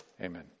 Amen